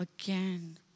again